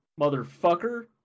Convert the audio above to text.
motherfucker